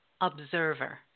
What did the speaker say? observer